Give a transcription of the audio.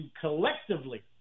collectively